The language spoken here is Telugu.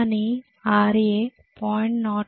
దాని Ra 0